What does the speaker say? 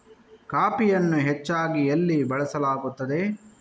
ಕಾಫಿಯನ್ನು ಹೆಚ್ಚಾಗಿ ಎಲ್ಲಿ ಬೆಳಸಲಾಗುತ್ತದೆ?